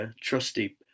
trusty